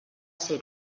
ser